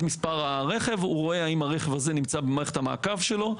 מספר הרכב הוא רואה האם הרכב הזה נמצא במערכת המעקב שלו.